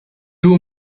two